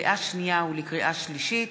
לקריאה שנייה ולקריאה שלישית,